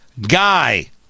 guy